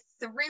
three